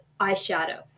Eyeshadow